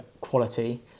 quality